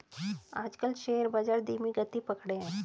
आजकल शेयर बाजार धीमी गति पकड़े हैं